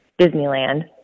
Disneyland